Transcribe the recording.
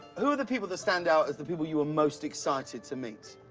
who are the people that stand out as the people you were most excited to meet?